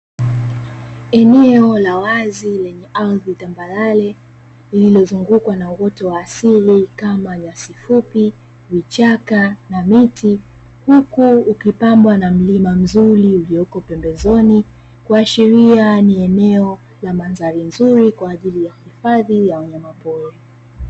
Eneo la wazi lenye ardhi tambarare, lililozungukwa na nyasi fupi na miti lilozungukwa na uoto wa mlima wa asili, linahashiria ni eneo zuri la uhifadhi wa wanyama pori.